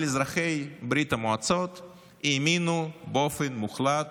אזרחי ברית המועצות האמינו באופן מוחלט